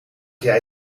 jij